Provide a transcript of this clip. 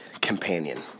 companion